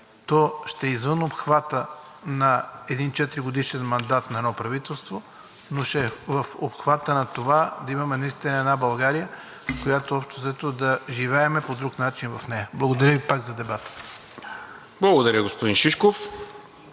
то ще е извън обхвата на един четиригодишен мандат на едно правителство, но ще е в обхвата на това да имаме наистина една България, в която общо-взето да живеем по друг начин. Благодаря Ви пак за дебата. ПРЕДСЕДАТЕЛ НИКОЛА